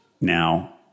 Now